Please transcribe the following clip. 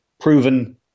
proven